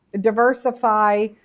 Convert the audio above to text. diversify